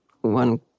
one